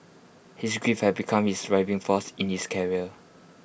his grief have become his driving force in his career